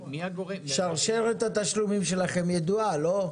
שרשרת התשלומים שלכם ידועה, לא?